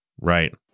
Right